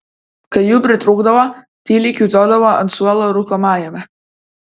kai jų pritrūkdavo tyliai kiūtodavo ant suolo rūkomajame